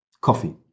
coffee